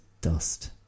dust